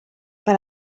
per